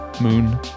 moon